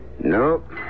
Nope